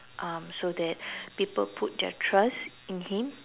um so that people put their trust in him